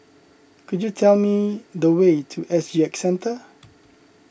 could you tell me the way to S G X Centre